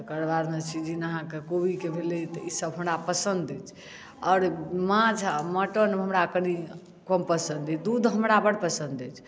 तकरबाद मे सीजन अहाँके कोबी के भेलै तऽ ईसब हमरा पसन्द अछि आओर माँछ आ मटन मे हमरा कनी कम पसन्द अछि दूध हमरा बड पसन्द अछि